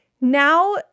now